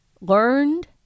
learned